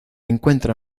encuentra